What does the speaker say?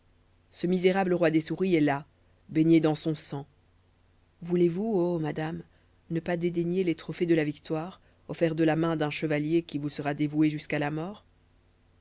ce misérable roi des souris est là baigné dans son sang voulez-vous ô madame ne pas dédaigner les trophées de la victoire offerts de la main d'un chevalier qui vous sera dévoué jusqu'à la mort